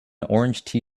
orange